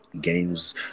games